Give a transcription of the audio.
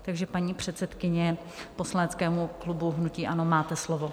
Takže, paní předsedkyně poslaneckého klubu hnutí ANO, máte slovo.